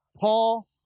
Paul